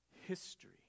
history